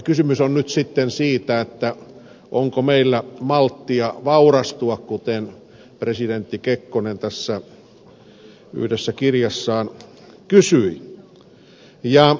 kysymys on nyt sitten siitä onko meillä malttia vaurastua kuten presidentti kekkonen yhdessä kirjassaan kysyi